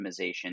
optimization